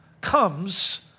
comes